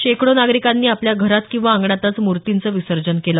शेकडो नागरिकांनी आपल्या घरात किंवा अंगणातच मूर्तींचं विसर्जन केलं